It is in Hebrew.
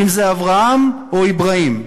אם זה אברהם או אברהים.